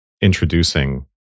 introducing